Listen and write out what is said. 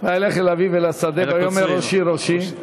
וילך אל אביו אל השדה ויאמר: ראשי, ראשי.